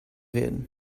werden